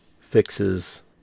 fixes